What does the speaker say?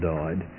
died